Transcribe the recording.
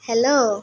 hello